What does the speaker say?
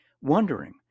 wondering